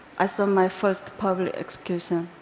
i saw my first public execution.